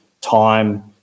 time